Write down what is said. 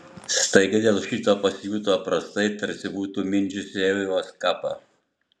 staiga dėl šito pasijuto prastai tarsi būtų mindžiusi eivos kapą